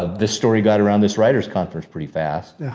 ah the story got around this writer's conference pretty fast.